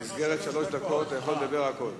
במסגרת שלוש דקות אתה יכול לדבר על הכול.